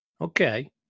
Okay